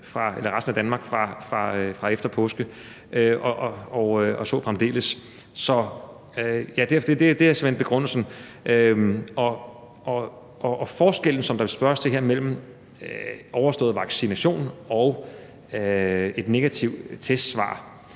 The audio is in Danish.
i resten af Danmark fra efter påske – og så fremdeles. Så det er simpelt hen begrundelsen. Hvad angår forskellen, som der spørges til her, mellem overstået vaccination og et negativt testsvar,